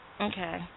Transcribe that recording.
Okay